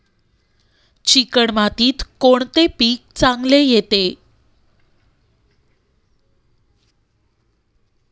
Chicken मातीत कोणते पीक चांगले येते?